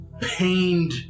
pained